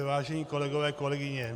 Vážení kolegové, kolegyně.